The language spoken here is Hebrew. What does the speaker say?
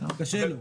קשה לו.